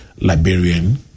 Liberian